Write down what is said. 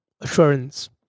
Assurance